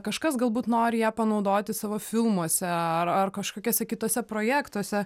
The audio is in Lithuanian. kažkas galbūt nori ją panaudoti savo filmuose ar kažkokiuose kituose projektuose